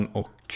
och